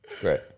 great